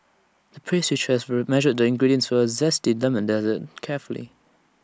the pastry chef measured the ingredients for A Zesty Lemon desert carefully